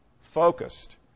focused